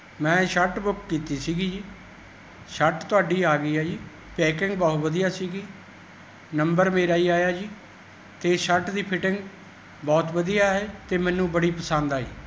ਮੈਂ shirt book ਕੀਤੀ ਸੀਗੀ ਜੀ ਸ਼ਰਟ ਤੁਹਾਡੀ ਆ ਗਈ ਆ ਜੀ ਪੈਕਿੰਗ ਬਹੁਤ ਵਧੀਆ ਸੀਗੀ ਨੰਬਰ ਮੇਰਾ ਹੀ ਆਇਆ ਜੀ ਅਤੇ ਸ਼ਰਟ ਦੀ ਫੀਟਿੰਗ ਬਹੁਤ ਵਧੀਆ ਹੈ ਅਤੇ ਮੈਨੂੰ ਬੜੀ ਪਸੰਦ ਆਈ